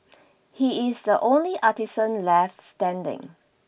he is the only artisan left standing